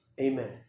Amen